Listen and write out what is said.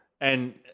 And-